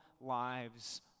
lives